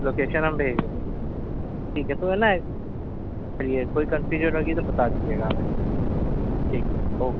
location ہم بھیج دیں گے ٹھیک ہے تو ہے نہ پھر یہ کوئی کنفیوژن وغیرہ بتا دیجیے گا ہمیں ٹھیک او